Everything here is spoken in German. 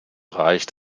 reicht